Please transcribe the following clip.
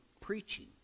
preaching